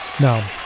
No